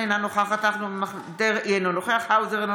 אינו נוכח יאיר גולן,